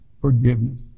forgiveness